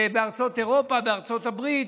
בארצות אירופה, בארצות הברית,